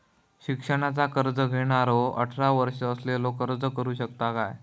शिक्षणाचा कर्ज घेणारो अठरा वर्ष असलेलो अर्ज करू शकता काय?